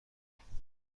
کنیم